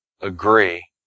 agree